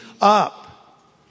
up